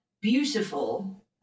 beautiful